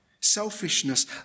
Selfishness